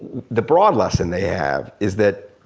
the broad lesson they have is that